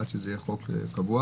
עד שזה יהיה חוק קבוע